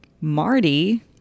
Marty